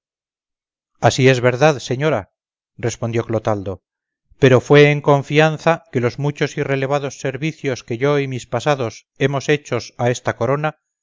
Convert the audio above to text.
así es verdad señora respondió clotaldo pero fue en confianza que los muchos y relevados servicios que yo y mis pasados tenemos hechos a esta corona